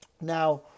Now